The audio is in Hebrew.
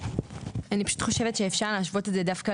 אני פשוט חושבת שאפשר להשוות את זה דווקא